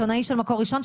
עיתונאי של מקור ראשון,